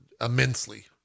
immensely